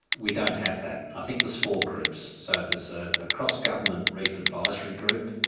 we don't have that. i think there's four groups, so there's a ah cross government reef advisory group,